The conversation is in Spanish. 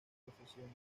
profesión